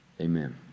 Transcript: amen